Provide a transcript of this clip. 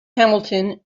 hamilton